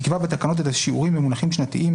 יקבע בתקנות את השיעורים במונחים שנתיים,